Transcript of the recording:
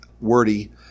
wordy